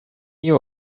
you